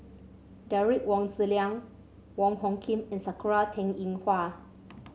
Derek Wong Zi Liang Wong Hung Khim and Sakura Teng Ying Hua